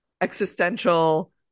existential